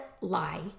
lie